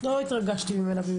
לא התרגשתי ממנה.